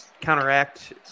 counteract